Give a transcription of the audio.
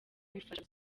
bifasha